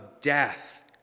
death